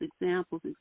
examples